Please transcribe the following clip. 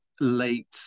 late